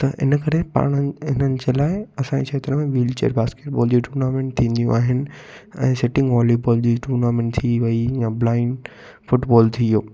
त इन करे पाण इन्हनि जे लाइ असांजे खेत्र में वीलचेयर बास्केटबॉल जी टूर्नामेंट थींदियूं आहिनि ऐं सिटींग वॉलीबॉल जी टूर्नामेंट थी वई या ब्लाईंड फ़ुटबॉल थी वियो